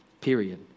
period